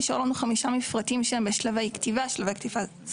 נשארו לנו חמישה מפרטים שהם בשלבי כתיבה סופיים.